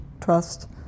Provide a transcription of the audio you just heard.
trust